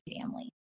family